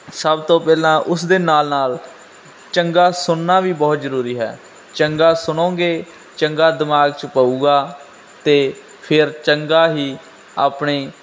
ਸਭ ਤੋਂ ਪਹਿਲਾਂ ਉਸ ਦੇ ਨਾਲ ਨਾਲ ਚੰਗਾ ਸੁਣਨਾ ਵੀ ਬਹੁਤ ਜ਼ਰੂਰੀ ਹੈ ਚੰਗਾ ਸੁਣੋਗੇ ਚੰਗਾ ਦਿਮਾਗ 'ਚ ਪਵੇਗਾ ਅਤੇ ਫਿਰ ਚੰਗਾ ਹੀ ਆਪਣੇ